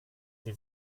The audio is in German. sie